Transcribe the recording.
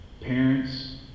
parents